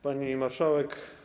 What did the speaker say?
Pani Marszałek!